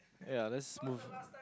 ya let's move